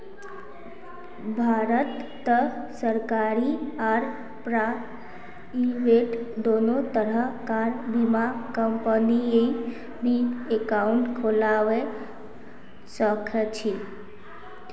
भारतत सरकारी आर प्राइवेट दोनों तरह कार बीमा कंपनीत ई बीमा एकाउंट खोलवा सखछी